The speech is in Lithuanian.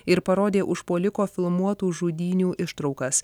ir parodė užpuoliko filmuotų žudynių ištraukas